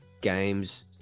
games